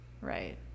Right